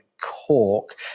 Cork